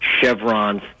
Chevron's